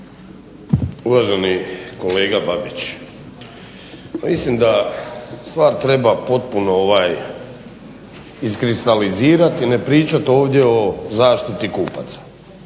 Uvaženi kolega Babić mislim da stvar treba potpuno iskristalizirati i ne pričati ovdje o zaštiti kupaca.